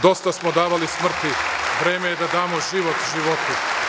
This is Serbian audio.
Dosta smo davali smrti, vreme je da damo život životu.